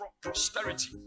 prosperity